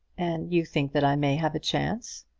and you think that i may have a chance?